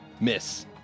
Miss